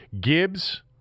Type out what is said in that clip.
Gibbs